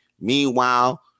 Meanwhile